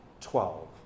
twelve